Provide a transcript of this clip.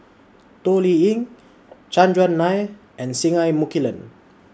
Toh Liying Chandran Nair and Singai Mukilan